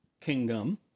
kingdom